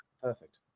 Perfect